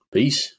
Peace